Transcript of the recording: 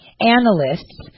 analysts